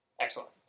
Excellent